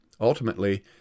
Ultimately